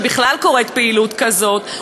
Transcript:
שבכלל קורית פעילות כזאת,